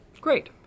Great